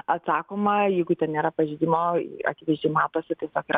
atsakoma jeigu ten nėra pažeidimo akivaizdžiai matosi tiesiog